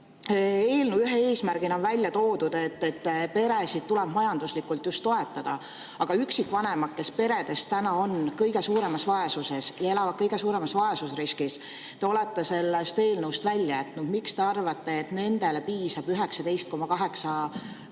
Eelnõu ühe eesmärgina on välja toodud, et peresid tuleb majanduslikult toetada. Aga üksikvanemaga pered, kes täna on kõige suuremas vaesuses ja elavad kõige suuremas vaesusriskis, te olete sellest eelnõust välja jätnud. Miks te arvate, et nendele piisab 19,18 eurost,